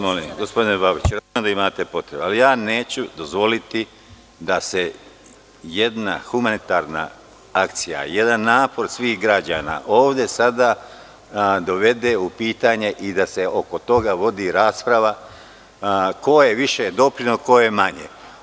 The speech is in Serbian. Molim vas, gospodine Babiću, znam da imate potrebe, ali neću dozvoliti da se jedna humanitarna akcija, jedan napor svih građana ovde sada dovede u pitanje i da se oko toga vodi rasprava ko je više doprineo, ko je manje.